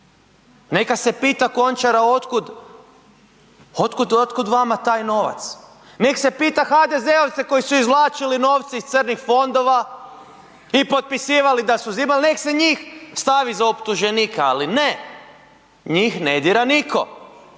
neka se pita Končara od kud vama taj novac, nek se pita HDZ-ovce koji su izvlačili novce iz crnih fondova i potpisivali da su uzimali nek se njih stavi za optuženika. Ali ne, njih ne dira niko,